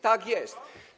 Tak jest.